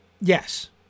yes